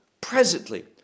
presently